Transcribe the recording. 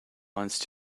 once